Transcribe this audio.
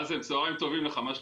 מאזן, צוהריים טובים לך, מה שלומך?